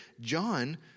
John